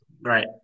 Right